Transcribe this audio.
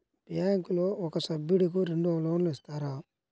బ్యాంకులో ఒక సభ్యుడకు రెండు లోన్లు ఇస్తారా?